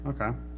Okay